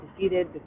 defeated